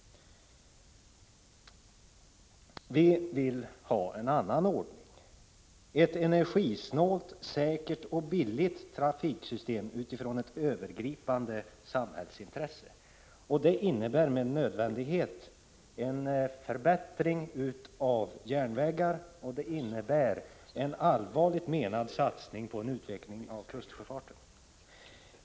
Vi i vpk vill ha en annan ordning: ett energisnålt, säkert och billigt trafiksystem med hänsyn tagen till ett övergripande samhällsintresse. Det innebär med nödvändighet en förbättring av järnvägarna och en allvarligt menad satsning på en utveckling av kustsjöfarten.